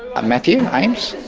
i'm matthew ames.